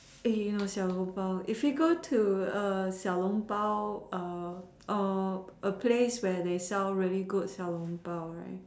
eh you know 小笼包:Xiao long Bao if you go to 小笼包:Xiao long Bao um or a place where they sell really good 小笼包:Xiao long Bao right